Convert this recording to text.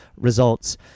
results